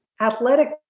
athletic